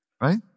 Right